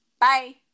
Bye